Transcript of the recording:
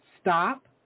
stop